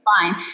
fine